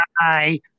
Bye